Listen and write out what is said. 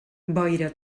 boira